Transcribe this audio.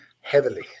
Heavily